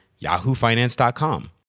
yahoofinance.com